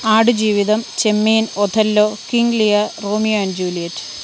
Aadujeevitham Chemmeen Othello King Lear Romeo and Juliet